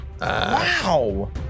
Wow